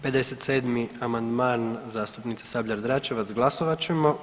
57. amandman zastupnice Sabljar-Dračevac, glasovat ćemo.